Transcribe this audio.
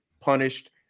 punished